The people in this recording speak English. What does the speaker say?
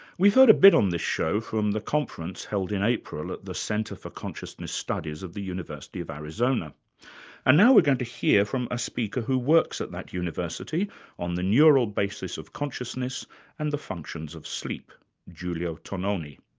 we've heard a bit on this show from the conference held in april at the center for consciousness studies of the university of arizona and now we're going to hear from a speaker who works at that university on the neural basis of consciousness and the functions of sleep giulio tononi.